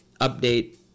update